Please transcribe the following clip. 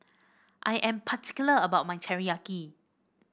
I am particular about my Teriyaki